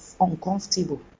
uncomfortable